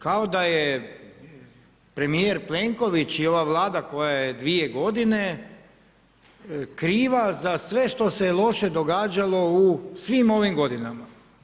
Kao da je premijer Plenković i ova Vlada koja je 2 godine kriva za sve što se je loše događalo u svim ovim godinama.